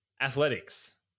athletics